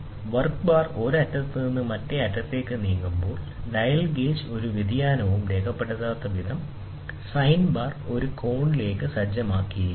work bar ഒരു അറ്റത്ത് നിന്ന് മറ്റേ അറ്റത്തേക്ക് നീക്കുമ്പോൾ ഡയൽ ഗേജ് ഒരു വ്യതിയാനവും രേഖപ്പെടുത്താത്തവിധം സൈൻ ബാർ ഒരു കോണിലേക്ക് സജ്ജമാക്കിയിരിക്കുന്നു